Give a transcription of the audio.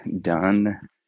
done